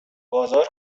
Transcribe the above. بازار